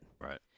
right